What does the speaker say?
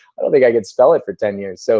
i don't think i could spell it for ten years. so